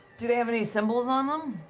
do they have any symbols on them?